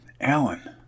Alan